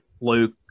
Luke